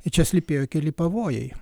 ir čia slypėjo keli pavojai